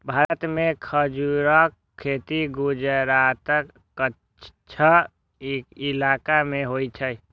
भारत मे खजूरक खेती गुजरातक कच्छ इलाका मे होइ छै